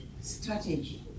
strategy